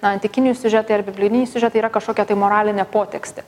na antikiniai siužetai ar biblijiniai siužetai yra kažkokia tai moralinė potekstė